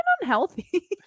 unhealthy